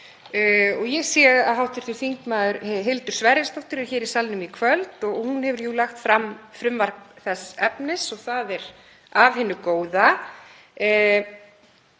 Ég sé að hv. þm. Hildur Sverrisdóttir er hér í salnum í kvöld og hún hefur jú lagt fram frumvarp þess efnis og það er af hinu góða